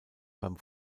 beim